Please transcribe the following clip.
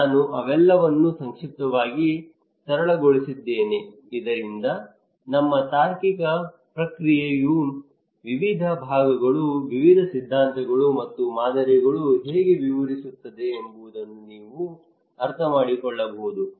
ನಾನು ಅವೆಲ್ಲವನ್ನೂ ಸಂಕ್ಷಿಪ್ತವಾಗಿ ಸರಳಗೊಳಿಸಿದ್ದೇನೆ ಇದರಿಂದ ನಮ್ಮ ತಾರ್ಕಿಕ ಪ್ರಕ್ರಿಯೆಯು ವಿವಿಧ ವಿಭಾಗಗಳು ವಿವಿಧ ಸಿದ್ಧಾಂತಗಳು ಮತ್ತು ಮಾದರಿಗಳು ಹೇಗೆ ವಿವರಿಸುತ್ತದೆ ಎಂಬುದನ್ನು ನೀವು ಅರ್ಥಮಾಡಿಕೊಳ್ಳಬಹುದು